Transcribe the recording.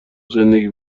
زندگی